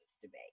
debate